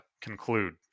conclude